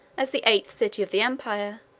as the eighth city of the empire,